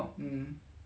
um